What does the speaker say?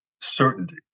certainty